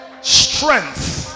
Strength